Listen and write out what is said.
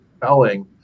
compelling